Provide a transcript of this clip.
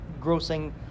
grossing